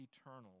eternal